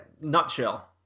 nutshell